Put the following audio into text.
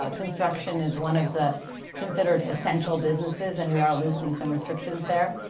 ah construction is one of the considered essential businesses, and we are loosening some restrictions there.